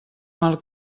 mal